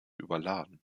überladen